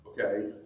okay